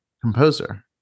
Composer